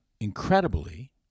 incredibly